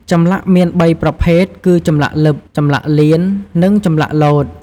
ចម្លាក់មាន៣ប្រភេទគឺចម្លាក់លិប ចម្លាក់លៀន និងចម្លាក់លោត។